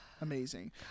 Amazing